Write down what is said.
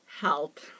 help